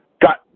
got